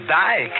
die